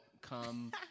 come